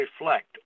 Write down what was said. reflect